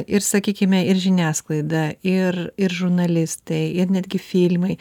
ir sakykime ir žiniasklaida ir ir žurnalistai ir netgi filmai